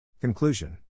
Conclusion